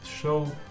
show